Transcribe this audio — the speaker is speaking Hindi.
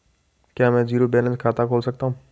क्या मैं ज़ीरो बैलेंस खाता खोल सकता हूँ?